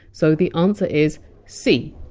so the answer is c.